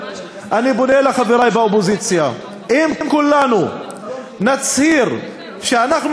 אני פונה לחברי מהאופוזיציה: אם כולנו נצהיר שאנחנו